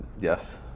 Yes